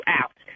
out